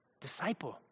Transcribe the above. Disciple